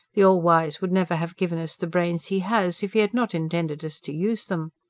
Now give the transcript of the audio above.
the all-wise would never have given us the brains he has, if he had not intended us to use them.